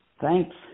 Thanks